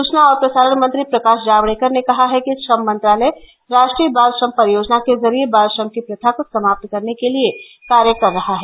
सूचना और प्रसारण मंत्री प्रकाश जावड़ेकर ने कहा है कि श्रम मंत्रालय राष्ट्रीय बाल श्रम परियोजना के जरिए बाल श्रम की प्रथा को समाप्त करने के लिए कार्य कर रहा है